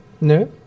No